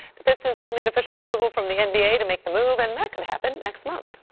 the pistons still need official approval from the and nba to make the move and that could happen next month.